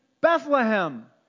Bethlehem